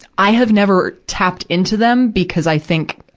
i have never tapped into them, because i think,